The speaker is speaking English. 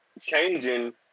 changing